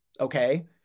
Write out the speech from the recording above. okay